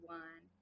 one